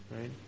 right